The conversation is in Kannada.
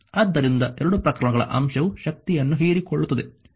ಆದ್ದರಿಂದ ಎರಡೂ ಪ್ರಕರಣಗಳ ಅಂಶವು ಶಕ್ತಿಯನ್ನು ಹೀರಿಕೊಳ್ಳುತ್ತದೆ